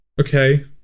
Okay